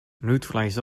neutralize